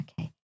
Okay